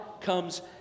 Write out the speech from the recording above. comes